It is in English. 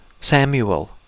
Samuel